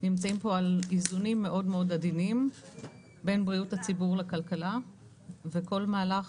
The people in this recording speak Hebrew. נמצאים פה על איזונים מאוד עדינים בין בריאות הציבור לכלכלה וכל מהלך